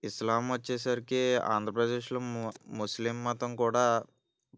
ఇస్లాం వచ్చేసరికి ఆంధ్రప్రదేశ్లో ముస్లిం మతం కూడా